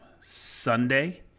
Sunday